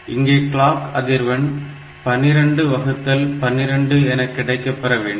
இங்கே கிளாக் அதிர்வெண் 12 வகுத்தல் 12 என கிடைக்கப்பெற வேண்டும்